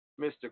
Mr